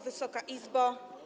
Wysoka Izbo!